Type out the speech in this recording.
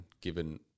given